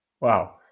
Wow